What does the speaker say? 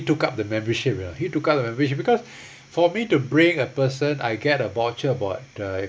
took up the membership you know he took up the membership because for me to bring a person I get a voucher about uh